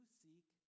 seek